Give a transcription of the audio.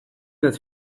that